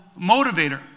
motivator